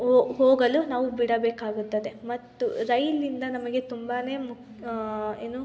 ಓ ಹೋಗಲು ನಾವು ಬಿಡಬೇಕಾಗುತ್ತದೆ ಮತ್ತು ರೈಲಿನಿಂದ ನಮಗೆ ತುಂಬಾ ಮುಖ್ಯ ಏನು